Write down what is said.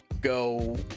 go